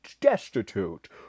destitute